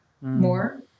more